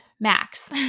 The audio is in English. max